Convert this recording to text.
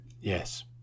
Yes